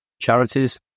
charities